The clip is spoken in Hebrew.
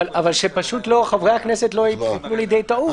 רק שחברי הכנסת לא יבואו לידי טעות.